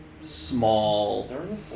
small